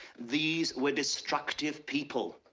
these were destructive people,